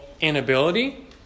inability